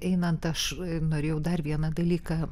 einant aš norėjau dar vieną dalyką